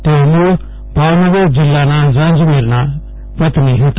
તેઓ મૂળ ભાવનગર જિલ્લાના ઝાંઝમેર ગામના વતની હતા